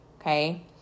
okay